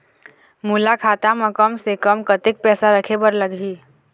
मोला खाता म कम से कम कतेक पैसा रखे बर लगही?